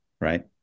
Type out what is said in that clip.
right